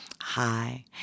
Hi